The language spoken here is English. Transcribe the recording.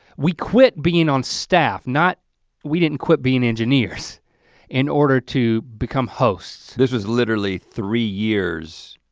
we quit being on staff not we didn't quit being engineers in order to become hosts. this was literally three years,